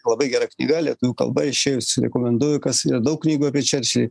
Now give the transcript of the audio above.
labai gera knyga lietuvių kalba išėjusi rekomenduoju kas yra daug knygų apie čerčilį